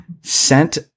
sent